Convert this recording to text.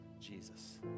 Jesus